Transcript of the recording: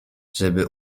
żeby